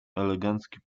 elegancki